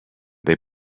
they